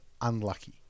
unlucky